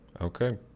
Okay